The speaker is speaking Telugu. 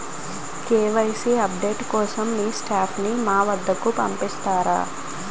కే.వై.సీ అప్ డేట్ కోసం మీ స్టాఫ్ ని మా వద్దకు పంపిస్తారా?